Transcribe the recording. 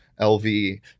LV